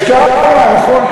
יש כמה, יש כמה, נכון.